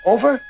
Over